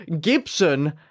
Gibson